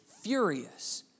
furious